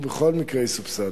הוא בכל מקרה יסובסד.